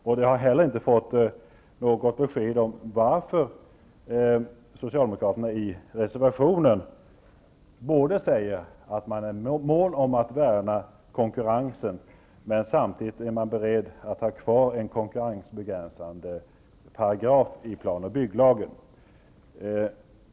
Vidare har jag inte fått något besked om varför socialdemokraterna i sin reservation säger att de är måna om att värna konkurrensen när de samtidigt är beredda att ha kvar en konkurrensbegränsande paragraf i plan och bygglagen.